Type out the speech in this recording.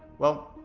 well,